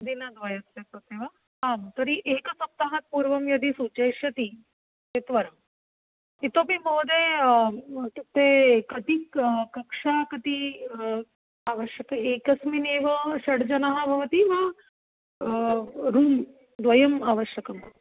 दिनद्वयस्य कृते वा आं तर्हि एकसप्ताहात् पूर्वं यदि सूचयिष्यति एकवारम् इतोपि महोदय इत्युक्ते कति क् कक्षा कती आवश्यकम् एकस्मिन्नेव षड् जनाः भवन्ति वा रूं द्वयम् आवश्यकं